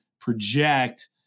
project